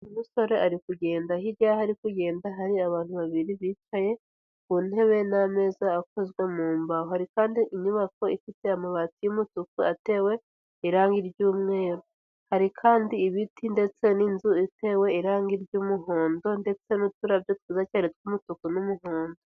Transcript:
Umusore ari kugenda, hirya yaho ari kugenda hari abantu babiri bicaye ku ntebe n'ameza akozwe mu mbaho. Hari kandi inyubako ifite amabati y'umutuku atewe irangi ry'umweru. Hari kandi ibiti ndetse n'inzu itewe irangi ry'umuhondo, ndetse n'uturabyo twiza cyane tw'umutuku n'umuhondo.